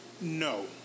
No